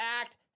act